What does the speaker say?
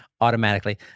automatically